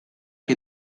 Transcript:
que